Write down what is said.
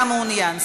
אתה מעוניין.